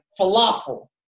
falafel